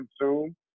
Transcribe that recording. consume